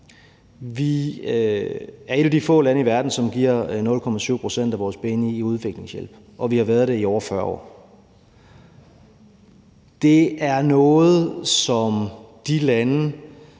Vi er et af de få lande i verden, som giver 0,7 pct. af vores bni i udviklingshjælp. Det er noget, som de lande,